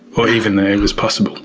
or even that it was possible